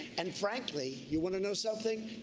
and frankly, you want to know something,